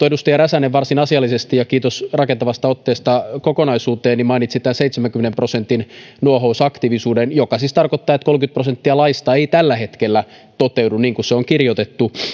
edustaja räsänen varsin asiallisesti kiitos rakentavasta otteesta kokonaisuuteen mainitsi tämän seitsemänkymmenen prosentin nuohousaktiivisuuden joka siis tarkoittaa että kolmekymmentä prosenttia laista ei tällä hetkellä toteudu niin kuin se on kirjoitettu